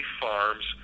farms